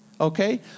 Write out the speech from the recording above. okay